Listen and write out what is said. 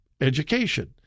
education